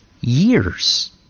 years